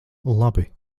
labi